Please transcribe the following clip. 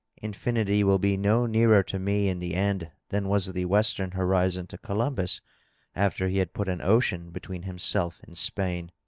infinity will be no nearer to me in the end than was the western horizon to columbus aft er he had put an ocean between himself and spain.